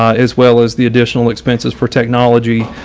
ah as well as the additional expenses for technology.